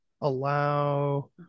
Allow